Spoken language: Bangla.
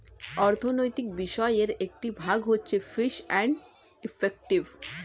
অর্থনৈতিক বিষয়ের একটি ভাগ হচ্ছে ফিস এন্ড ইফেক্টিভ